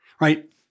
right